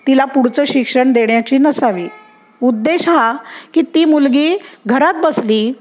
तिला पुढचं शिक्षण देण्याची नसावी उद्देश हा की ती मुलगी घरात बसली